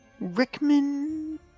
Rickman